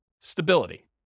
stability